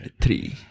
Three